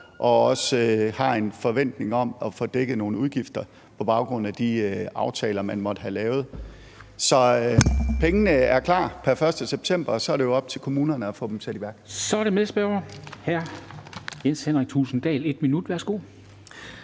og også har en forventning om at få dækket nogle udgifter på baggrund af de aftaler, man måtte have lavet. Så pengene er klar pr. 1. september, og så er det jo op til kommunerne at få dem sat i værk. Kl. 13:05 Formanden (Henrik Dam Kristensen):